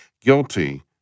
guilty